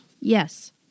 Yes